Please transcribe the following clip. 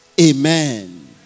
Amen